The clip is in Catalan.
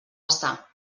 estar